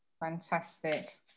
Fantastic